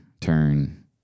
turn